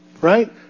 Right